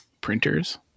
printers